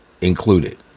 included